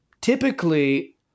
typically